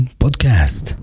podcast